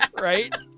Right